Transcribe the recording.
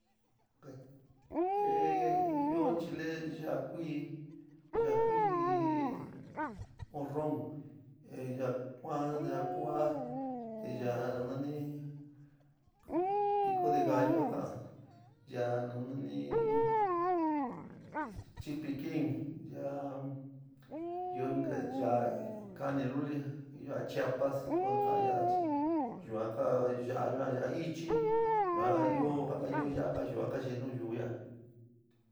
Okey ehh ɨó chile yaá kuí, yaá kuí morrón, yaá kuán, yaá ku'aá, yaá nanani pico de gallo ka kaan ya'a nanani chilpiquin, yaá io inka yaá kani luli yaá chiapas suan ka ka'an ya'a chi yuan ka ya'á yuan yaá ichi yuan ɨó ja ɨóí ya'a ka yeé nayu ya'á.